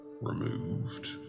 removed